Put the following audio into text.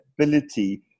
ability